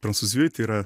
prancūzijoj tai yra